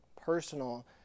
personal